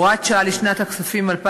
(הוראת שעה לשנת 2015),